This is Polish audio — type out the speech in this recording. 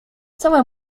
cały